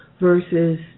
versus